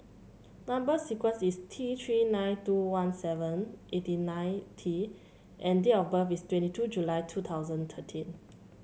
number sequence is T Three nine two one seven eighty nine T and date of birth is twenty two July two thousand thirteen